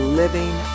living